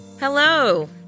Hello